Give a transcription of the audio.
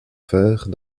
fère